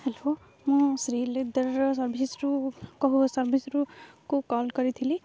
hello ମୁଁ ଶ୍ରୀଲେଦର୍ ସର୍ଭିସ୍ରୁ କହୁ ସର୍ଭିସ୍ରୁ କଲ୍ କରିଥିଲି